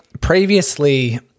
previously